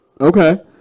Okay